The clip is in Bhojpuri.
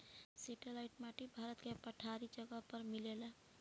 सेटेलाईट माटी भारत के पठारी जगह पर मिलेला